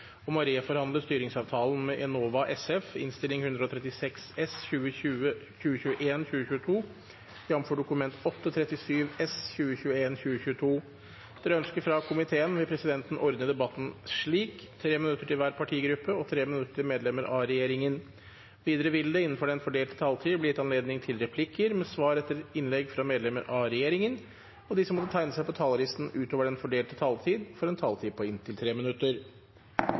vil presidenten ordne debatten slik: 3 minutter til hver partigruppe og 3 minutter til medlemmer av regjeringen. Videre vil det – innenfor den fordelte taletid – bli gitt anledning til replikker med svar etter innlegg fra medlemmer av regjeringen, og de som måtte tegne seg på talerlisten utover den fordelte taletid, får også en taletid på inntil 3 minutter.